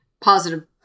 positive